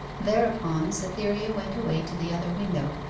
thereupon cytherea went away to the other window,